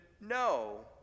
no